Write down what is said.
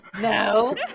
No